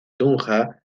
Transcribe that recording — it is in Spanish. tunja